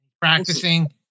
practicing